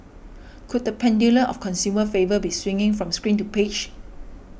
could the pendulum of consumer favour be swinging from screen to page